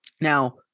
Now